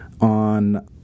on